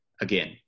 again